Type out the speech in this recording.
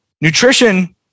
Nutrition